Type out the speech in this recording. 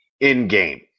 in-game